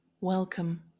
Welcome